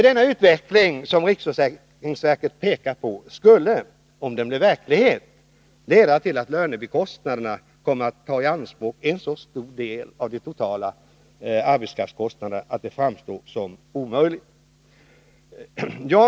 Den utveckling som riksförsäkringsverket pekar på skulle, om den blev verklighet, leda till att lönebikostnaderna kom att ta i anspråk en så stor del av de totala arbetskraftskostnaderna att det framstår som en omöjlighet.